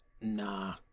Nah